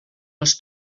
els